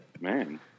Man